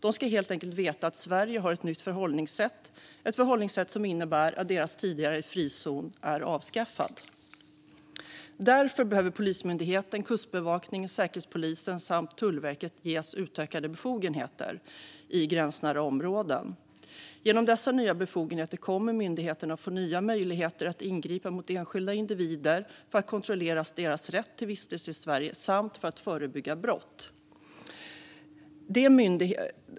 De ska helt enkelt veta att Sverige har ett nytt förhållningsätt - ett förhållningsätt som innebär att deras tidigare frizon är avskaffad. Polismyndigheten, Kustbevakningen, Säkerhetspolisen och Tullverket behöver därför ges utökade befogenheter i gränsnära områden. Genom dessa nya befogenheter kommer myndigheterna att få nya möjligheter att ingripa mot enskilda individer för att kontrollera deras rätt till vistelse i Sverige samt för att förebygga brott.